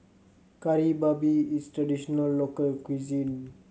Kari Babi is traditional local cuisine